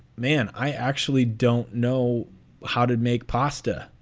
man, i actually don't know how to make pasta.